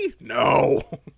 No